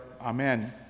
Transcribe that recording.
Amen